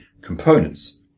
components